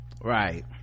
Right